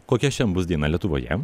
kokia šiandien bus diena lietuvoje